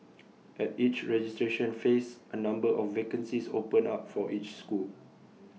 at each registration phase A number of vacancies open up for each school